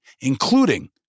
including